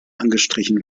angestrichen